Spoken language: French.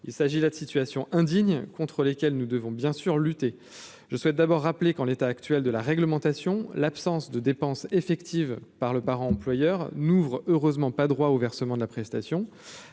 il s'agit là de situation indigne contre lesquels nous devons bien sûr lutter, je souhaite d'abord rappeler qu'en l'état actuel de la réglementation, l'absence de dépenses effectives par le par employeur n'ouvre heureusement pas droit au versement de la prestation,